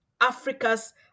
Africa's